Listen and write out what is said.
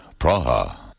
Praha